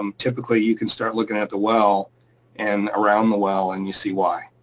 um typically, you can start looking at the well and around the well and you see why.